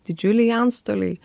didžiuliai antstoliai